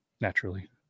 Naturally